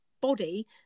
body